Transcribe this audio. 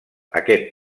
aquest